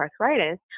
arthritis